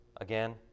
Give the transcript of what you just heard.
again